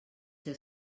ser